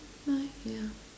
ah yeah